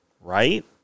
right